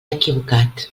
equivocat